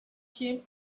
him